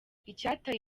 icyateye